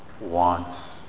wants